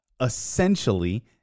essentially